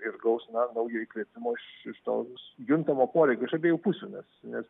ir gaus na naujo įkvėpimo iš tos juntamo poreikio iš abiejų pusių nes nes